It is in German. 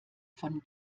von